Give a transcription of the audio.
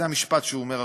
זה המשפט שהוא אומר הרבה.